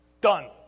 Done